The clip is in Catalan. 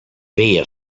veia